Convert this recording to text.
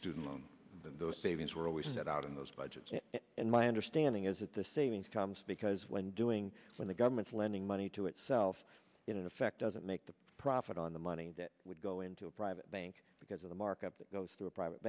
student loan those savings were always set out in those budgets and my understanding is that the savings comes because when doing when the government's lending money to itself in effect doesn't make the profit on the money that would go into a private bank because of the markup that goes through a private